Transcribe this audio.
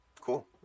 Cool